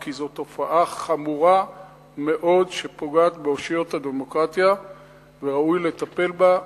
כי זו תופעה חמורה מאוד שפוגעת באושיות הדמוקרטיה וראוי לטפל בה,